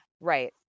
Right